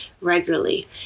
regularly